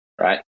right